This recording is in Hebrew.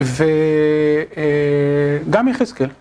וגם יחזקאל